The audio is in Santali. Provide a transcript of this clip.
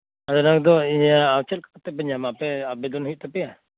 ᱟᱞᱟᱠ ᱫᱚ ᱤᱭᱟᱹ ᱟᱨ ᱪᱮᱫ ᱠᱚᱯᱮ ᱧᱟᱢᱟ ᱟᱯᱮ ᱟᱵᱮᱫᱚᱱ ᱦᱳᱭᱳᱜ ᱛᱟᱯᱮᱭᱟ